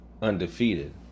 undefeated